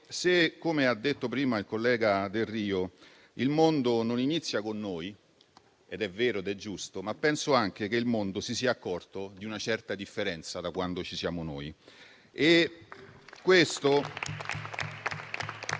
Se - come ha detto prima il collega Delrio - il mondo non inizia con noi - ed è vero e giusto - penso anche che il mondo si sia accorto di una certa differenza da quando ci siamo noi.